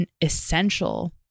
essential